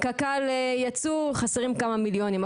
קק"ל יצאו, חסרים כמה מיליונים.